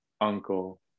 uncle